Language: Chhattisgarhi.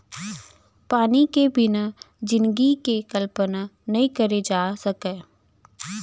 पानी के बिना जिनगी के कल्पना नइ करे जा सकय